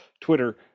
Twitter